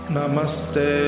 Namaste